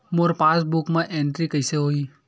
मोर passbook मा entry कइसे होही?